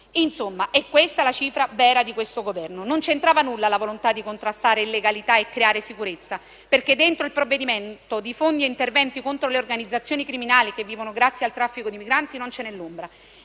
Insomma, è questa la cifra vera di questo Governo. Non c'entrava nulla la volontà di contrastare illegalità e creare sicurezza, perché dentro il provvedimento di fondi e interventi contro le organizzazioni criminali che vivono grazie al traffico di migranti non ce n'è l'ombra,